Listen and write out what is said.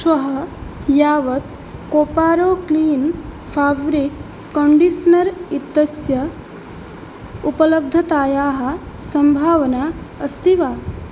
श्वः यावत् कोपारो क्लीन् फाव्रिक् कण्डिस्नर् इत्यस्य उपलब्धतायाः सम्भावना अस्ति वा